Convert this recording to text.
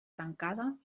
tancada